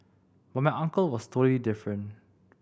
but my uncle was totally different